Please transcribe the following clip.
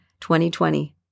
2020